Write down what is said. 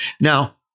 Now